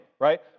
right